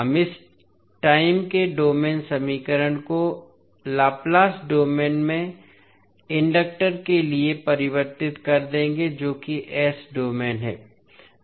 हम इस टाइम के डोमेन समीकरण को लैप्लस डोमेन में इंडक्टर के लिए परिवर्तित कर देंगे जो कि s डोमेन है